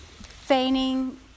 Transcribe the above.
feigning